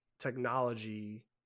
technology